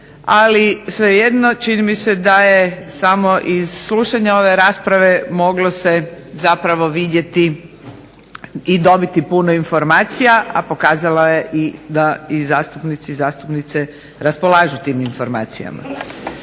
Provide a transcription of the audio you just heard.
ali svejedno čini mi se da je samo iz slušanja ove rasprave moglo se zapravo vidjeti i dobiti puno informacija, a pokazalo je i da i zastupnici i zastupnice raspolažu tim informacijama.